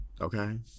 Okay